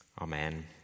Amen